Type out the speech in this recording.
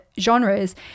genres